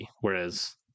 whereas